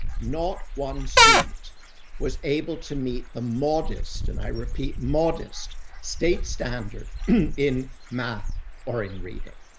not one student was able to meet the modest and i repeat modest state standard in math or in reading.